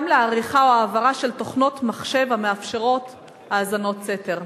וגם לעריכה או העברה של תוכנות מחשב המאפשרות האזנות סתר.